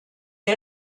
est